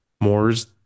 Moore's